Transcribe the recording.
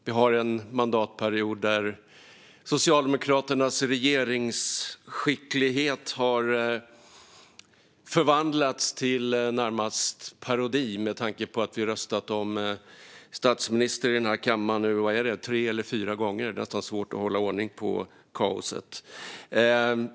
Vi har en mandatperiod där Socialdemokraternas regeringsskicklighet har förvandlats till närmast en parodi, med tanke på att vi nu röstat om statsminister i denna kammare - vad är det? - tre eller fyra gånger. Det är nästan svårt att hålla ordning på kaoset.